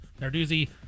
Narduzzi